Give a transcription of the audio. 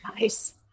Nice